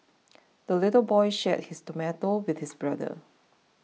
the little boy shared his tomato with his brother